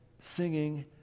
singing